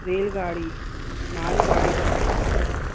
रेलगाड़ी मालगाड़ी